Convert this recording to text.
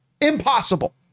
Impossible